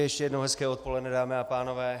Ještě jednou hezké odpoledne, dámy a pánové.